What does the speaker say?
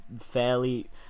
fairly